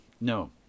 no